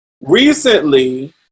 Recently